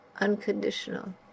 unconditional